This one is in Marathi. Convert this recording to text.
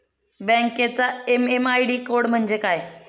बँकेचा एम.एम आय.डी कोड म्हणजे काय?